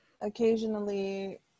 occasionally